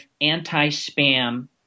anti-spam